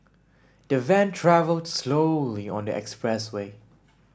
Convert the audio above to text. the van travelled slowly on the expressway